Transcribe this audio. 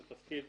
זה תפקיד